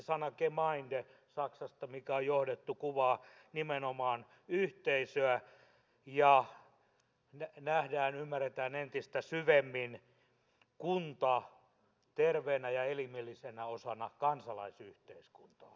sana gemeinde mikä on johdettu saksasta kuvaa nimenomaan yhteisöä ja nähdään ja ymmärretään entistä syvemmin kunta terveenä ja elimellisenä osana kansalaisyhteiskuntaa